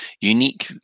unique